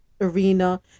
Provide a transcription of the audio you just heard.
arena